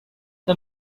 the